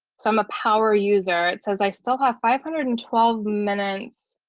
so i'm a power user, it says i still have five hundred and twelve minutes.